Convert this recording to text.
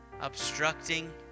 obstructing